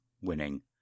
winning